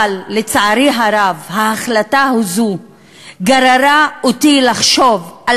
אבל לצערי הרב ההחלטה הזאת גררה אותי לחשוב על